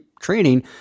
training